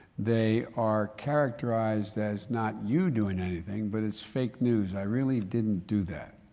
they are characterized as not you doing anything but it's fake news. i really didn't do that.